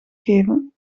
geven